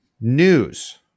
news